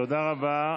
תודה רבה.